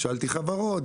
שאלתי חברות,